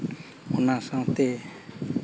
ᱚᱱᱟ ᱥᱟᱶᱛᱮ